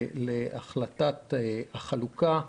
להחלטת החלוקה,